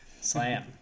slam